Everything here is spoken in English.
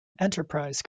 enterprise